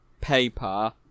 paper